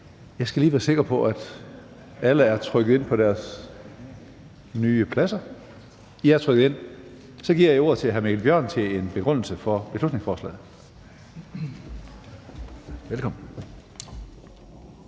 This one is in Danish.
Jeg kan se, at alle er trykket ind på deres nye pladser, og så giver jeg ordet til hr. Mikkel Bjørn for begrundelse for beslutningsforslaget. Kl.